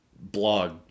blog